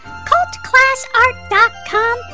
cultclassart.com